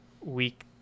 Week